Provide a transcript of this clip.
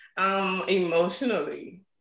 Emotionally